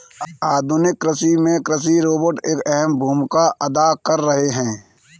आधुनिक कृषि में कृषि रोबोट एक अहम भूमिका अदा कर रहे हैं